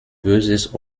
böses